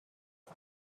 هست